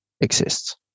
exists